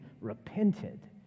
repented